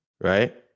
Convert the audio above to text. right